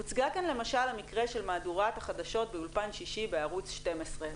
הוצג כאן למשל המקרה של מהדורת החדשות באולפן שישי בערוץ 12,